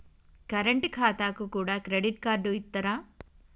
Current ఖాతాకు కూడా credit card ఇత్తరా?